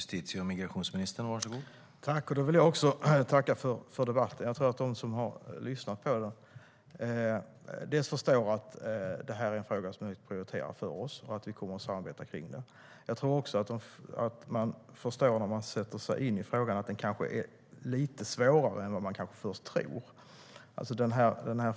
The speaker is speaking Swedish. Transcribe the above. Herr talman! Också jag vill tacka för debatten. Jag tror att de som har lyssnat på den förstår att detta är en fråga som är viktig att prioritera för oss och att vi kommer att samarbeta om den. Jag tror också att man förstår att frågan är lite svårare än vad man kanske först tror när man sätter sig in i den.